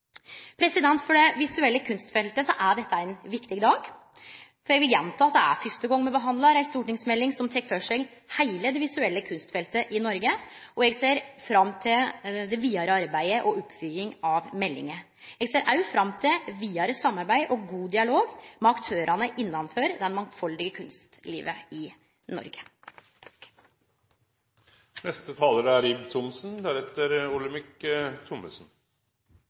For det visuelle kunstfeltet er dette ein viktig dag. Eg vil gjenta at det er fyrste gong me behandlar ei stortingsmelding som tek for seg heile det visuelle kunstfeltet i Noreg, og eg ser fram til det vidare arbeidet og oppfølging av meldinga. Eg ser òg fram til vidare samarbeid og god dialog med aktørane innanfor det mangfaldige kunstlivet i Noreg.